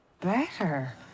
Better